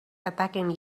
attacking